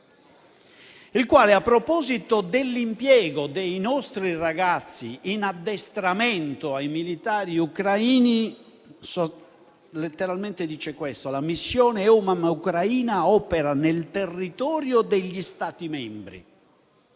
il quale, a proposito dell'impiego dei nostri ragazzi in addestramento ai militari ucraini, letteralmente dice questo: «La missione EUMAM Ucraina opera nel territorio degli Stati membri».